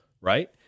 right